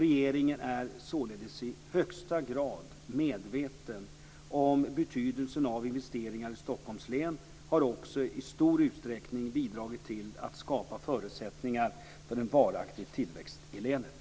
Regeringen är således i högsta grad medveten om betydelsen av investeringar i Stockholms län och har också i stor utsträckning bidragit till att skapa förutsättningar för en varaktig tillväxt i länet.